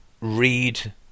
read